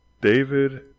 David